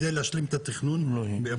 על מנת להשלים את התכנון ביאבדמית,